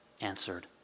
answered